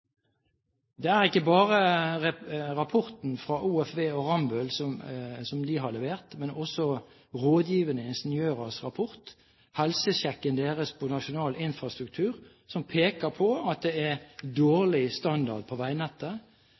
Det er ikke bare rapporten fra OFV og Rambøll, men også rådgivende ingeniørers rapport – helsesjekken deres på nasjonal infrastruktur – som peker på at det er dårlig standard på veinettet.